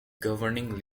governing